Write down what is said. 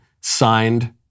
Signed